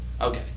Okay